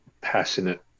passionate